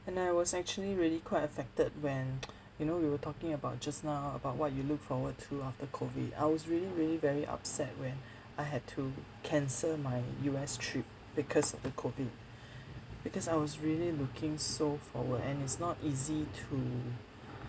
and I was actually really quite affected when you know we were talking about just now about what you look forward to after COVID I was really really very upset when I had to cancel my U_S trip because of the COVID because I was really looking so forward and it's not easy to